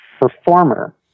performer